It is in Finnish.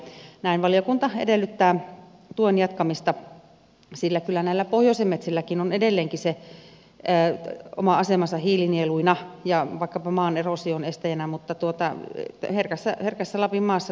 näin valiokunta edellyttää tuen jatkamista sillä kyllä näillä pohjoisen metsilläkin on edelleenkin se oma asemansa hiilinieluina ja vaikkapa maan eroosion estäjinä mutta herkässä lapin maassa tämmöistä tarvitaan